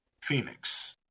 Phoenix